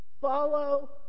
Follow